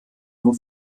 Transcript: nur